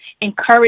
encourage